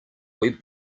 web